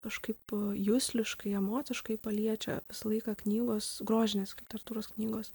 kažkaip jusliškai emociškai paliečia visą laiką knygos grožinės literatūros knygos